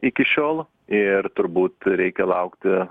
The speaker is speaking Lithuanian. iki šiol ir turbūt reikia laukti